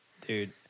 Dude